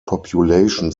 population